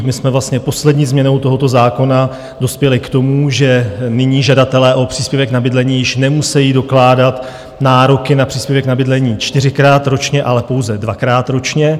My jsme vlastně poslední změnou tohoto zákona dospěli k tomu, že nyní žadatelé o příspěvek na bydlení již nemusejí dokládat nároky na příspěvek na bydlení čtyřikrát ročně, ale pouze dvakrát ročně.